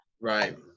right